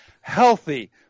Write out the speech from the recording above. healthy